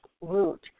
root